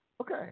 Okay